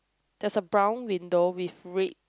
there's a brown window with red